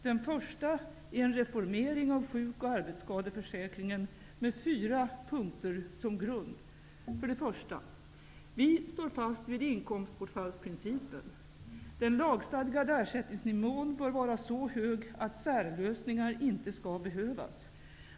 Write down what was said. Den första är en reformering av sjuk och arbetsskadeförsäk ringen med fyra punkter som grund: 1. Vi står fast vid inkomstbortfallsprincipen. Den lagstadgade ersättningsnivån bör vara så hög att särlösningar inte skall behövas.